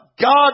God